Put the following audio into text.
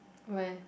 where